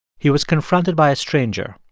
he was confronted by a stranger,